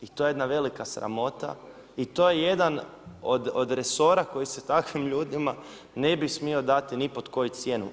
I to je jedna velika sramota i to je jedan od resora koji se takvim ljudima ne bi smio dati ni pod koju cijenu.